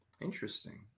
Interesting